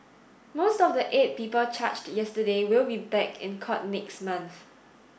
most of the eight people charged yesterday will be back in court next month